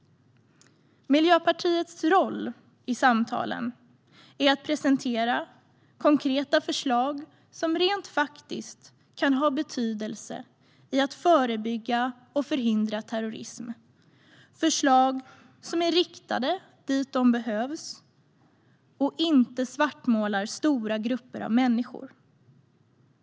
Miljöpartiets roll i samtalen är att presentera konkreta förslag som rent faktiskt kan ha betydelse för att förebygga och förhindra terrorism, förslag som är riktade dit där de behövs och inte svartmålar stora grupper av människor.